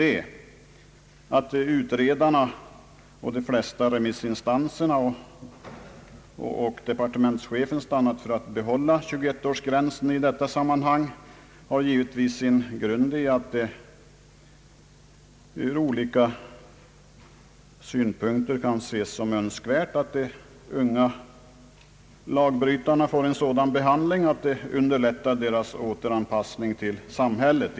Att utredarna liksom de flesta remissinstanserna och departementschefen stannat för att behålla 21 årsgränsen i detta sammanhang har givetvis sin grund i att det ur olika synpunkter kan anses som önskvärt att de unga lagbrytarna får en sådan behandling som underlättar deras återanpassning i samhället.